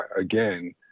Again